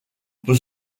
peut